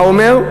מה הוא אומר?